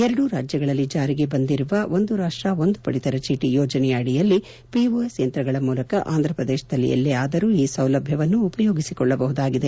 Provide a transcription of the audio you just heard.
ಎರಡೂ ರಾಜ್ಯಗಳಲ್ಲಿ ಜಾರಿಗೆ ಬಂದಿರುವ ಒಂದು ರಾಷ್ಷ ಒಂದು ಪಡಿತರ ಚೀಟಿ ಯೋಜನೆಯ ಅಡಿಯಲ್ಲಿ ಪಿಓಎಸ್ ಯಂತ್ರಗಳ ಮೂಲಕ ಆಂಧ್ರ ಪ್ರದೇಶದಲ್ಲಿ ಎಲ್ಲೇ ಆದರೂ ಈ ಸೌಲಭ್ಯವನ್ನು ಉಪಯೋಗಿಸಿಕೊಳ್ಳಬಹುದಾಗಿದೆ